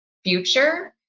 future